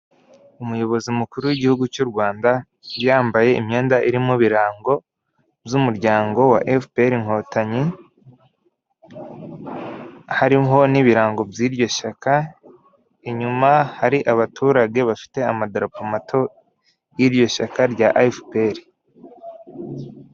Umuyobozi mukuru w'igihugu cy'u Rwanda yambaye imyenda irimo ibirango by'umuryango wa Efuperi inkotanyi harimo n'ibirango by'iryo shyaka inyuma hari abaturage bafite amadapo mato y'iryo shyaka rya Efuperi.